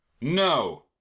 No